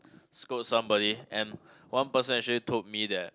scold somebody and one person actually told me that